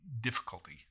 difficulty